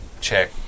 check